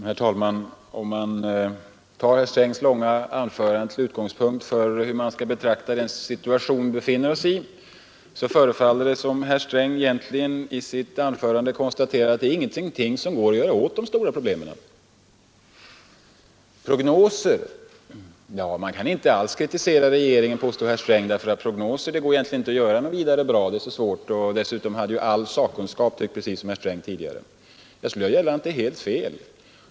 Herr talman! Av herr Strängs långa anförande förefaller det som om han ansåg att det i den situation som vi befinner oss i inte går att göra någonting åt de stora problemen. Man kan inte kritisera regeringen för dess prognoser, påstod herr Sträng. Det går egentligen inte att göra några vidare bra prognoser, för det är så svårt. Dessutom hade all sakkunskap tidigare tyckt precis som herr Sträng. Jag skulle vilja göra gällande att det är helt fel.